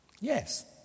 Yes